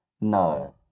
No